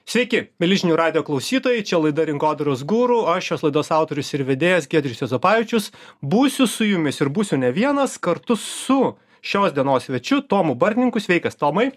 sveiki mieli žinių radijo klausytojai čia laida rinkodaros guru aš šios laidos autorius ir vedėjas giedrius juozapavičius būsiu su jumis ir būsiu ne vienas kartu su šios dienos svečiu tomu bartninku sveikas tomai